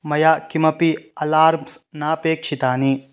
मया किमपि अलार्म्स् नापेक्षितानि